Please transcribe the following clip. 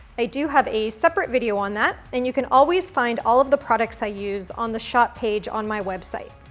i do have a separate video on that and you can always find all of the products i use on the shop page on my website.